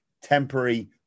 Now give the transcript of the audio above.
temporary